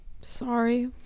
Sorry